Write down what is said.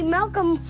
Malcolm